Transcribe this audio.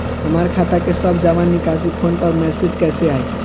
हमार खाता के सब जमा निकासी फोन पर मैसेज कैसे आई?